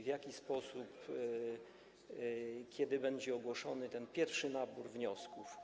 W jaki sposób i kiedy będzie ogłoszony pierwszy nabór wniosków?